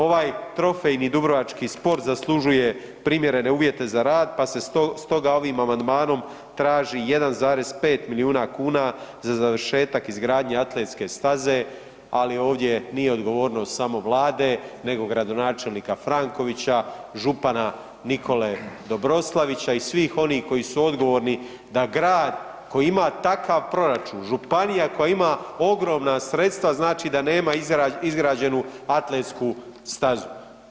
Ovaj trofejni dubrovački sport zaslužuje primjerene uvjete za rad, pa se stoga ovim amandmanom traži 1,5 milijuna kuna za završetak izgradnje atletske staze, ali ovdje nije odgovornost samo vlade nego gradonačelnika Frankovića, župana Nikole Dobroslavića i svih onih koji su odgovorni da grad koji ima takav proračun, županija koja ima ogromna sredstva, znači da nema izgrađenu atletsku stazu.